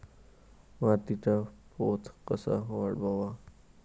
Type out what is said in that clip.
मातीचा पोत कसा वाढवावा?